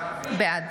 בעד